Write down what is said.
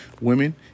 women